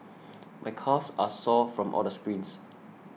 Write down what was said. my calves are sore from all the sprints